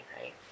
right